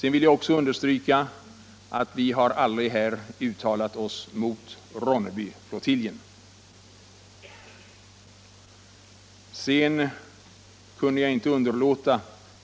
Jag vill också understryka att vi här aldrig har uttalat oss mot Ronnebyflottiljen.